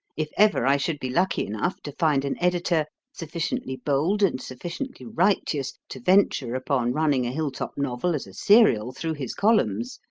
if ever i should be lucky enough to find an editor sufficiently bold and sufficiently righteous to venture upon running a hill-top novel as a serial through his columns,